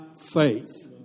faith